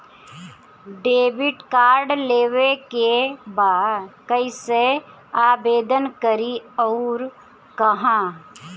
Debit card लेवे के बा कइसे आवेदन करी अउर कहाँ?